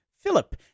Philip